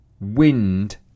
wind